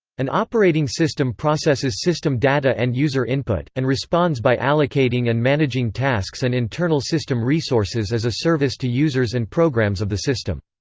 an operating system processes system data and user input, and responds by allocating and managing tasks and internal system resources as a service to users and programs of the system.